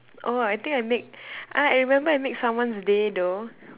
oh I think I make ah I remember I make someone's day though